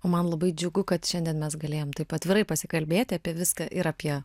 o man labai džiugu kad šiandien mes galėjom taip atvirai pasikalbėti apie viską ir apie